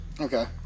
Okay